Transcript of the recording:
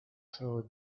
followed